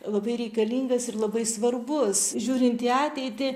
labai reikalingas ir labai svarbus žiūrint į ateitį